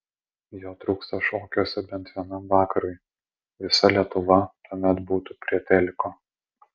jo trūksta šokiuose bent vienam vakarui visa lietuva tuomet būtų prie teliko